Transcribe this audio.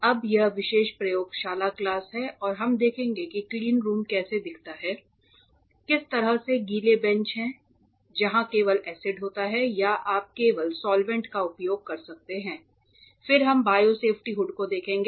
अब यह विशेष प्रयोगशाला क्लास हैं और हम देखेंगे की क्लीनरूम कैसा दिखता है किस तरह के गीले बेंच हैं जहां केवल एसिड होता है या आप केवल साल्वेंट का उपयोग कर सकते हैं फिर हम बायो सेफ्टी हुड को देखेंगे